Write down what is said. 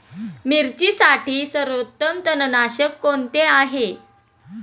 मिरचीसाठी सर्वोत्तम तणनाशक कोणते आहे?